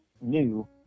new